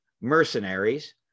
mercenaries